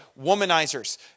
Womanizers